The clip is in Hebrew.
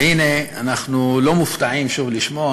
והנה, אנחנו לא מופתעים שוב לשמוע